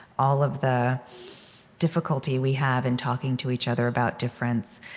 all of the difficulty we have in talking to each other about difference,